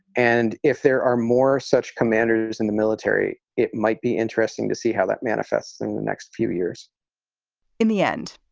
and if there are more such commanders in the military, it might be interesting to see how that manifests in the next few years in the end,